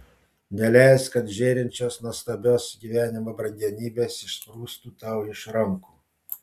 neleisk kad žėrinčios nuostabios gyvenimo brangenybės išsprūstų tau iš rankų